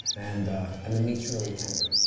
and and the meat is really tender.